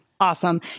Awesome